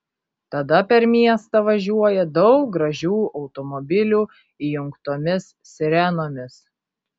tada per miestą važiuoja daug gražių automobilių įjungtomis sirenomis